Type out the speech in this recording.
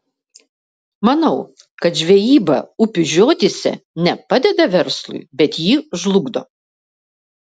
manau kad žvejyba upių žiotyse ne padeda verslui bet jį žlugdo